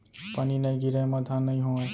पानी नइ गिरय म धान नइ होवय